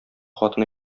хатын